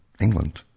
England